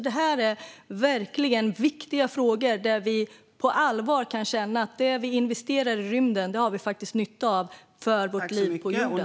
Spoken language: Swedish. Det här är verkligen viktiga frågor där vi på allvar kan känna att det vi investerar i rymden har vi nytta av i våra liv på jorden.